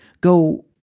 go